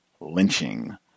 lynching